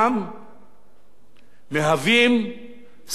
מהווים סכנת מוות, וזה הוכח.